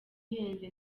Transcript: ihenze